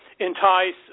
entice